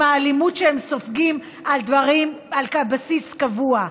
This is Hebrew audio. האלימות שהם סופגים על דברים על בסיס קבוע.